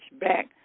back